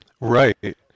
Right